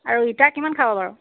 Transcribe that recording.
আৰু ইটা কিমান খাব বাৰু